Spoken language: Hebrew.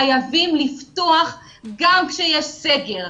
חייבים לפתוח גם כשיהיה סגר,